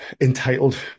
entitled